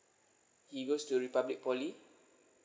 he goes to republic poly